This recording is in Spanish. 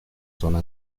zona